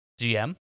GM